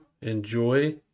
Enjoy